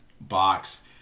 box